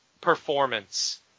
performance